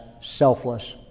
selfless